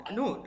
no